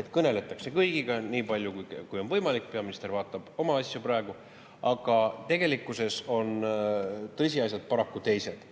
et kõneldakse kõigiga nii palju, kui on võimalik – peaminister vaatab oma asju praegu –, aga tegelikkuses on tõsiasjad paraku teised.